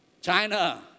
China